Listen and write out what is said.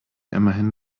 immerhin